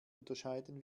unterscheiden